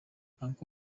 uncle